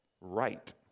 right